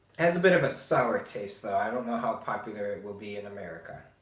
has a bit of a sour taste though i don't know how popular it will be in america.